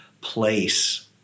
place